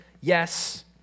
yes